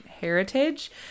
heritage